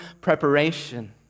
preparation